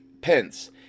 Pence